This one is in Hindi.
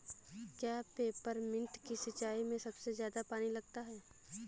क्या पेपरमिंट की सिंचाई में सबसे ज्यादा पानी लगता है?